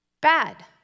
Bad